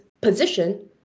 position